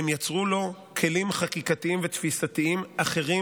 הן יצרו לו כלים חקיקתיים ותפיסתיים אחרים